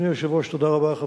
אדוני היושב-ראש, תודה רבה.